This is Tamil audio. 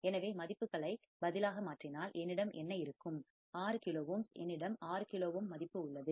எனவே மதிப்புகளை பதிலாக மாற்றினால் என்னிடம் என்ன இருக்கும் 6 கிலோ ஓம்ஸ் என்னிடம் 6 கிலோ ஓம் மதிப்பு உள்ளது